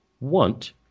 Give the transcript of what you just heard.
want